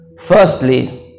Firstly